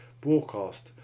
broadcast